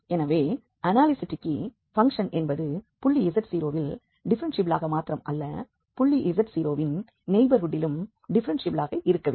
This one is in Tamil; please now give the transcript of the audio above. எனவே அனாலிசிட்டிக்கு பங்க்ஷன் என்பது புள்ளி z0 வில் டிஃப்ஃபெரென்ஷியபிளாக மாத்திரம் அல்ல புள்ளி z0 வின் நெய்பர்ஹூட்டிலும் டிஃப்ஃபெரென்ஷியபிளாக இருக்க வேண்டும்